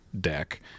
deck